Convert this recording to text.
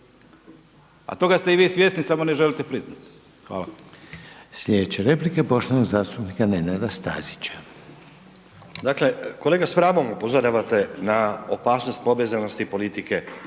A toga ste i vi svjesni samo ne želite priznati. Hvala.